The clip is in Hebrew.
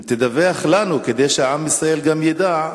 תדווח לנו, כדי שעם ישראל ידע,